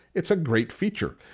it's a great feature.